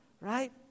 right